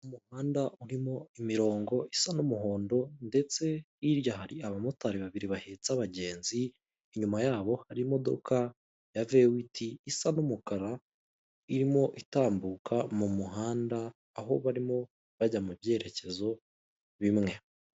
Umuhanda urimo imirongo isa n'umuhondo ndetse hirya hari abamotari babiri bahetse abagenzi, inyuma yabo hari imodoka ya vewiti isa n'umukara irimo itambuka mu muhanda aho barimo bajya mu byerekezo bimwe.